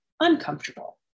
uncomfortable